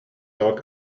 dog